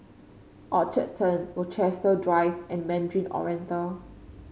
Orchard Turn Rochester Drive and Mandarin Oriental